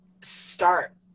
start